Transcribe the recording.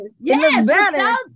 yes